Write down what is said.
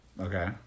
Okay